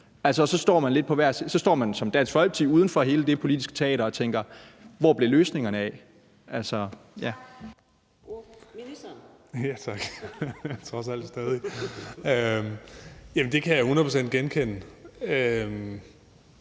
så står man som Dansk Folkeparti uden for hele det politiske teater og tænker: Hvor blev løsningerne af? Kl. 15:31 Fjerde